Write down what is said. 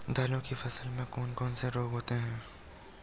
दालों की फसल में कौन कौन से रोग होते हैं?